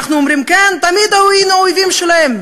אנחנו אומרים: כן, תמיד היינו אויבים שלהם.